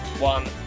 One